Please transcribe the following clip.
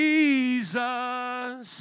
Jesus